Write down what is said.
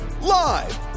live